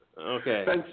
Okay